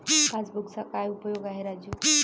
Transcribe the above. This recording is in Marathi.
पासबुकचा काय उपयोग आहे राजू?